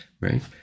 Right